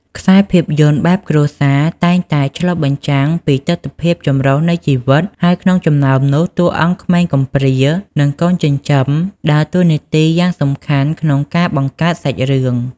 ខ្សែភាពយន្តបែបគ្រួសារតែងតែឆ្លុះបញ្ចាំងពីទិដ្ឋភាពចម្រុះនៃជីវិត ហើយក្នុងចំណោមនោះ តួអង្គក្មេងកំព្រា និងកូនចិញ្ចឹមដើរតួនាទីយ៉ាងសំខាន់ក្នុងការបង្កើតសាច់រឿង។